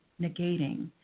negating